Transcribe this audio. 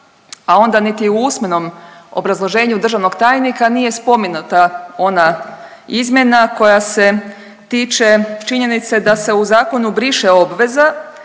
a onda niti u usmenom obrazloženju državnog tajnika nije spomenuta ona izmjena koja se tiče činjenice da se u zakonu briše obveza